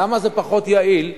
למה זה פחות יעיל?